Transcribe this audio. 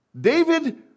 David